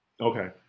Okay